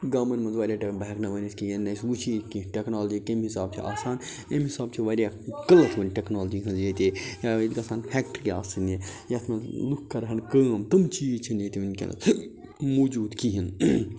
گامَن منٛز واریاہ بہٕ ہیٚکہٕ نہٕ ؤنِتھ کِہیٖنۍ نہٕ أسۍ وۄنۍ چھِ ییٚتہِ کیٚنٛہہ ٹیٚکنالوجی کمہِ حِساب چھِ آسان اَمہِ حِساب چھِ واریاہ قٕلت وُنہِ ٹیٚکنالوجی ہنٛز ییٚتہِ ٲں ییٚتہِ گژھہٕ ہان آسٕنۍ یہِ یَتھ منٛز لوٗکھ کَرِ ہان کٲم تِم چیٖز چھِنہٕ ییٚتہِ وُنٛکیٚس موٗجوٗد کِہیٖنۍ نہٕ